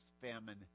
famine